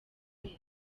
kwezi